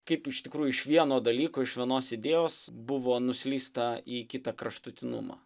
kaip iš tikrųjų iš vieno dalyko iš vienos idėjos buvo nuslysta į kitą kraštutinumą